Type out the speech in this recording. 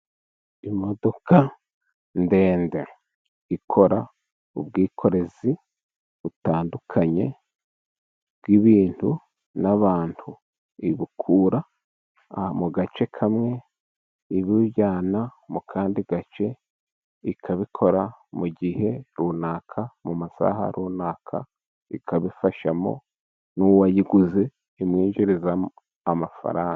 Imodoka ndende ikora ubwikorezi butandukanye bw'ibintu n'abantu ibukura mu gace kamwe ibujyana mu kandi gace. Ikabikora mu gihe runaka mu masaha runaka ikabifashamo n'uwayiguze imwinjiriza amafaranga.